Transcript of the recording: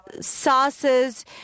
sauces